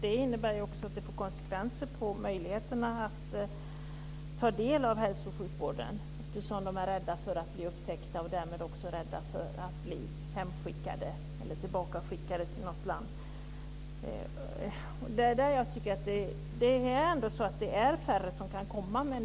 Det får också konsekvenser för deras möjligheter att ta del av hälso och sjukvården. De är rädda för att i det sammanhanget bli upptäckta och hemskickade eller tillbakaskickade till något annat land. Det är med det nya Schengenavtalet trots allt färre som kan komma hit.